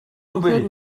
үнэхээр